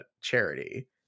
charity